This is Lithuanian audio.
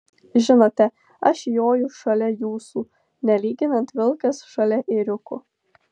žinote aš joju šalia jūsų nelyginant vilkas šalia ėriuko